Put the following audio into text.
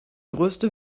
größte